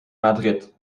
madrid